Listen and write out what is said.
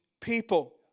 people